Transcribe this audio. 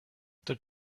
the